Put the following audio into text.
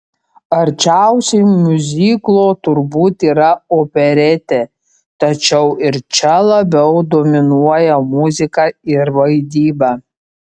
arčiausiai miuziklo turbūt yra operetė tačiau ir čia labiau dominuoja muzika ir vaidyba